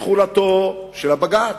תחולתו של הבג"ץ,